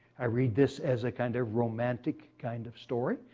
i read this as a kind of romantic kind of story,